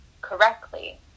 correctly